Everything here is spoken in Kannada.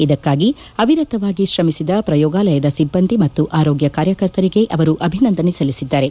ಇದಕ್ಕಾಗಿ ಅವಿರತವಾಗಿ ಶ್ರಮಿಸಿದ ಪ್ರಯೋಗಾಲಯದ ಸಿಬ್ಬಂದಿ ಮತ್ತು ಆರೋಗ್ಯ ಕಾರ್ಯಕರ್ತರಿಗೆ ಅವರು ಅಭಿನಂದನೆ ಸಲ್ಲಿಸಿದ್ದಾರೆ